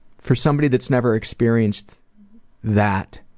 for somebody that's never experienced that,